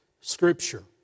Scripture